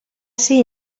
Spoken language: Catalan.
ser